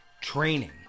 training